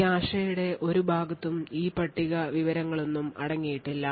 കാഷെയുടെ ഒരു ഭാഗത്തും ഈ പട്ടിക വിവരങ്ങളൊന്നും അടങ്ങിയിട്ടില്ല